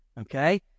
Okay